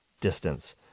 distance